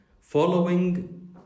following